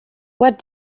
what